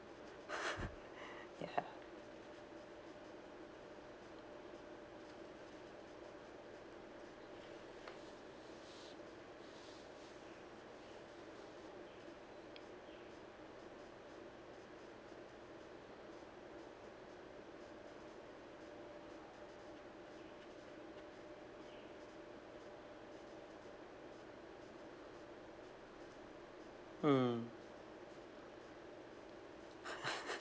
ya mm